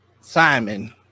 Simon